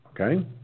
Okay